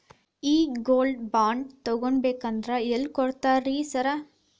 ಈ gold bond ತಗಾಬೇಕಂದ್ರ ಎಲ್ಲಿ ಕೊಡ್ತಾರ ರೇ ಸಾರ್?